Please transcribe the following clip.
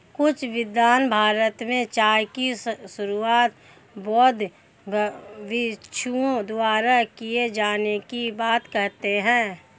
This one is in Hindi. कुछ विद्वान भारत में चाय की शुरुआत बौद्ध भिक्षुओं द्वारा किए जाने की बात कहते हैं